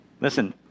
Listen